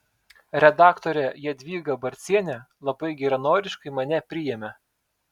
redaktorė jadvyga barcienė labai geranoriškai mane priėmė